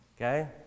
okay